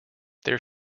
their